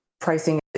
pricing